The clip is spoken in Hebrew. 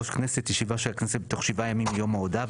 יקבע יושב ראש הכנסת ישיבה של הכנסת בתוך שבעה ימים מיום ההודעה,